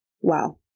wow